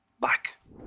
back